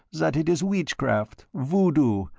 that it is witchcraft, voodoo,